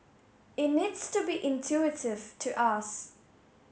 it needs to be intuitive to us